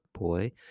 boy